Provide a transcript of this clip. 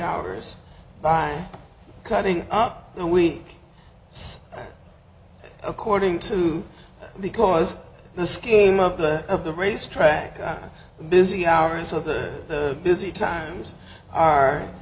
hours by cutting up the week according to because the scheme of the of the racetrack busy hours of the busy times are